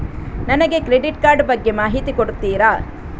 ನನಗೆ credit card ಬಗ್ಗೆ ಮಾಹಿತಿ ಕೊಡುತ್ತೀರಾ?